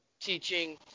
teaching